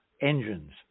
engines